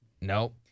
Nope